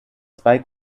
zwei